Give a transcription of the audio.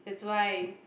that's why